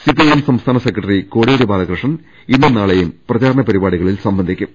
CPM സംസ്ഥാന secretary Kodiyeri Balakrishnan ഇന്നും നാളെയും പ്രചാരണ പരിപാടികളാൽ പങ്കെടുക്കും